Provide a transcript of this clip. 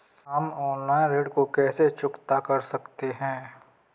हम ऑनलाइन ऋण को कैसे चुकता कर सकते हैं?